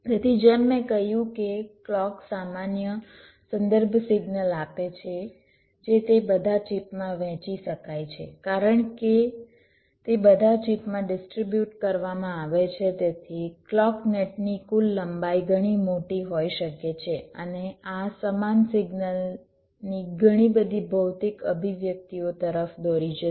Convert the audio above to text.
તેથી જેમ મેં કહ્યું છે કે ક્લૉક સામાન્ય સંદર્ભ સિગ્નલ આપે છે જે તે બધાં ચિપમાં વહેંચી શકાય છે કારણ કે તે બધાં ચિપમાં ડિસ્ટ્રીબ્યુટ કરવામાં આવે છે તેથી ક્લૉક નેટની કુલ લંબાઈ ઘણી મોટી હોઈ શકે છે અને આ સમાન સિગ્નલની ઘણી બધી ભૌતિક અભિવ્યક્તિઓ તરફ દોરી જશે